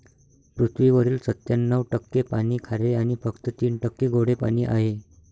पृथ्वीवरील सत्त्याण्णव टक्के पाणी खारे आणि फक्त तीन टक्के गोडे पाणी आहे